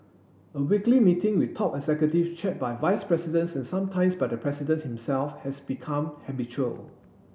a weekly meeting with top executives chaired by vice presidents and sometimes by the president himself has become habitual